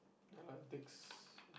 uh takes